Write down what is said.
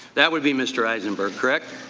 that would be mr. eisenberg, correct?